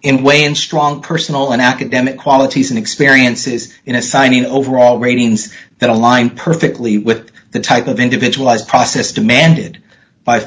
in weigh in strong personal and academic qualities and experiences in assigning overall ratings that align perfectly with the type of individual process demanded by